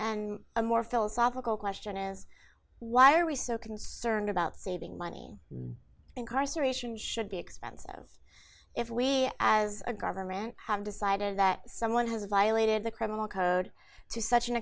and a more philosophical question is why are we so concerned about saving money incarceration should be expensive if we as a government have decided that someone has violated the criminal code to such an